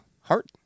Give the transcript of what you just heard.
heart